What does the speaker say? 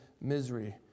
misery